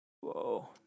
Whoa